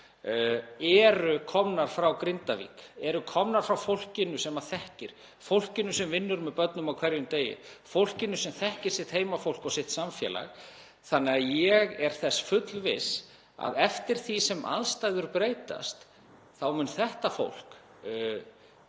áðan eru komnar frá Grindavík, eru komnar frá fólkinu sem þekkir til, fólkinu sem vinnur með börnum á hverjum degi, fólkinu sem þekkir sitt heimafólk og sitt samfélag. Þannig að ég er þess fullviss að eftir því sem aðstæður breytast þá muni þetta fólk